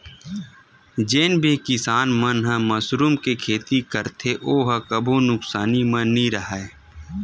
जेन भी किसान मन ह मसरूम के खेती करथे ओ ह कभू नुकसानी म नइ राहय